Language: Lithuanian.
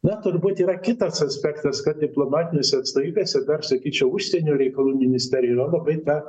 na turbūt yra kitas aspektas kad diplomatinėse atstovybėse dar sakyčiau užsienio reikalų ministerijoj yra labai ta